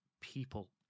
people